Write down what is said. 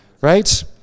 Right